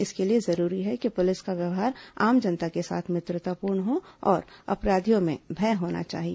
इसके लिए जरूरी है कि पुलिस का व्यवहार आम जनता के साथ मित्रतापूर्ण हो और अपराधियों में भय होना चाहिए